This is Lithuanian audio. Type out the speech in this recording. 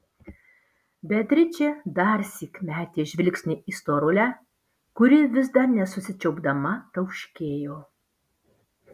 beatričė darsyk metė žvilgsnį į storulę kuri vis dar nesusičiaupdama tauškėjo